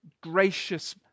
gracious